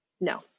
No